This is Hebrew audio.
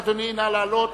אדוני, נא לעלות.